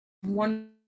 one